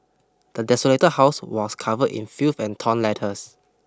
the desolated house was covered in filth and torn letters